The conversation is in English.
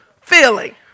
feeling